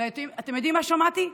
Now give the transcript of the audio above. ואתם יודעים מה שמעתי?